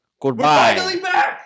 Goodbye